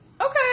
Okay